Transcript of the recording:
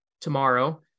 tomorrow